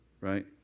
right